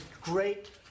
great